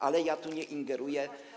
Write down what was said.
Ale ja tu nie ingeruję.